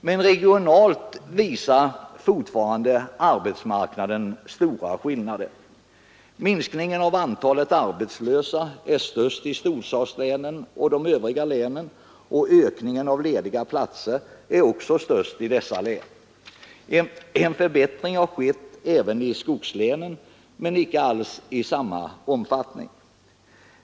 Men regionalt visar fortfarande arbetsmarknaden stora skillnader. Minskningen av antalet arbetslösa är kraftigast i storstadslänen och ”övriga län”. Detsamma gäller ökningen av lediga platser. En förbättring har skett även i skogslänen men icke alls i samma omfattning.